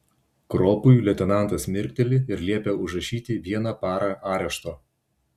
kropui leitenantas mirkteli ir liepia užrašyti vieną parą arešto